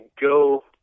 go